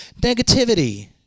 Negativity